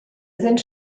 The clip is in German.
sind